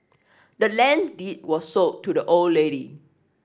the land's deed was sold to the old lady